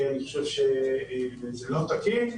אני חושב שזה לא תקין,